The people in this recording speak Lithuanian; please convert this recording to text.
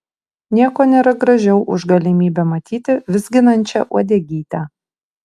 nieko nėra gražiau už galimybę matyti vizginančią uodegytę